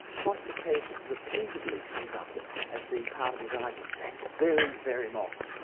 quantification, repeatedly comes up as being part of his argument. that's very, very modern.